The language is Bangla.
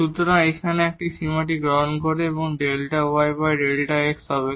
সুতরাং এখানে এই সীমাটি গ্রহণ করে এটি Δ y Δ x হবে